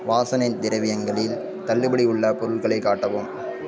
வாசனை திரவியங்களில் தள்ளுபடி உள்ள பொருள்களை காட்டவும்